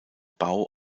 bau